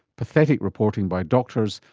pathetic reporting by doctors,